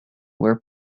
were